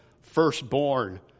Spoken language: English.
firstborn